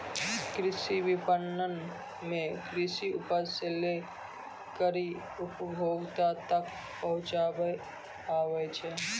कृषि विपणन मे कृषि उपज से लै करी उपभोक्ता तक पहुचाबै आबै छै